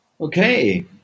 Okay